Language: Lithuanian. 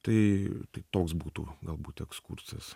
tai tai toks būtų galbūt ekskursas